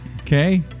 Okay